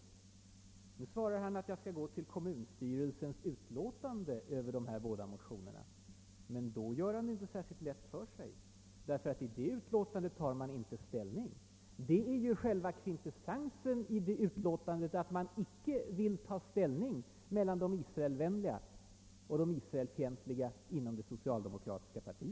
Nu svarar kanske herr Hellström att jag kan gå till kommunstyrelsens utlåtande över de båda motionerna. Men då gör han det inte särskilt lätt för sig. I det utlåtandet tar man nämligen inte ställning. Själva kvintessensen i utlåtandet är ju att man inte vill ta ställning mellan de israelvänliga och de israelfientliga i socialdemokratiska partiet.